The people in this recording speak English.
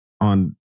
on